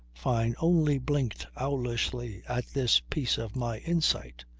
fyne only blinked owlishly at this piece of my insight.